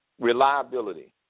reliability